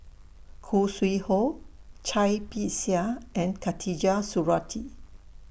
Khoo Sui Hoe Cai Bixia and Khatijah Surattee